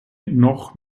noch